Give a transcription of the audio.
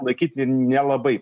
laikyt nelabai